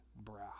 brow